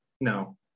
no